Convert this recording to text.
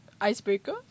icebreaker